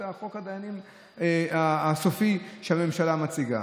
עכשיו, חוק הדיינים הסופי שהממשלה מציגה.